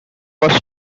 was